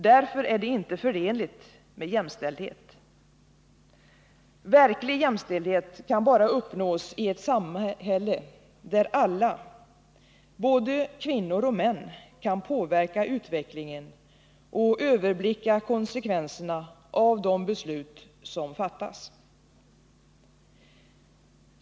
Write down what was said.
Därför är det inte förenligt med jämställdhet. Verklig jämställdhet kan bara uppnås i ett samhälle där alla — både kvinnor och män — kan påverka utvecklingen och överblicka konsekvenserna av de beslut som fattas.